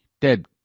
dead